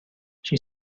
she